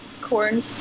corn